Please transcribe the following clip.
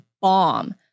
bomb